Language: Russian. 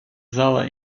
зала